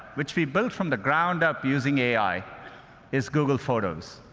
which we built from the ground up using ai is google photos.